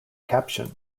caption